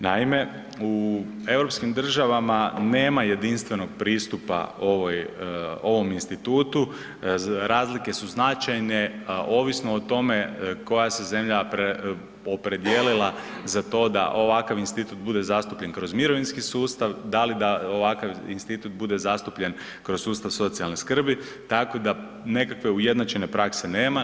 Naime, u europskim državama nema jedinstvenog pristupa ovom institutu, razlike su značajne ovisno o tome koja se zemlja opredijelila za to da ovakav institut bude zastupljen kroz mirovinski sustav, da li da ovakav institut bude zastupljen kroz sustav socijalne skrbi, tako da nekakve ujednačene prakse nema.